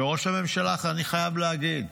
וראש הממשלה, אני חייב להגיד,